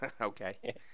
Okay